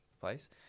place